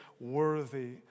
worthy